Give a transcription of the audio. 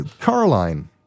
Caroline